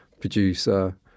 producer